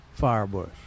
firebush